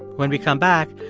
when we come back,